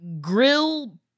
grill